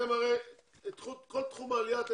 הרי אתם מטפלים בכל תחום העלייה,